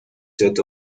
set